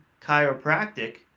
chiropractic